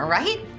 right